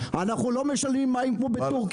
אני אומר לכם שאנחנו לא משלמים מים כמו בטורקיה,